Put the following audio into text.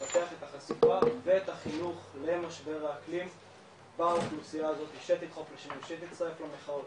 לפתח את החינוך למשבר האקלים באוכלוסייה שתדחוף לשינוי שתצטרף למחאות,